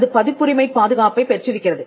அது பதிப்புரிமை பாதுகாப்பைப் பெற்றிருக்கிறது